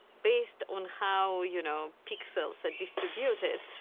based on how, you know, pixels are distributed,